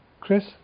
Chris